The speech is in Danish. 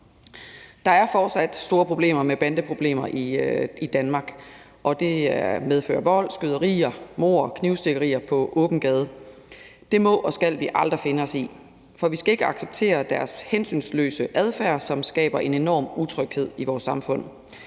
Der er fortsat store problemer med bandeproblemer i Danmark, og det medfører vold, skyderier, mord og knivstikkerier på åben gade. Det må og skal vi aldrig finde os i, for vi skal ikke acceptere deres hensynsløse adfærd, som skaber en enorm utryghed i vores samfund.